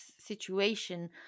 situation